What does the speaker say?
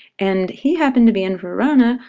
and he happened to be in verona,